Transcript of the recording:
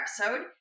episode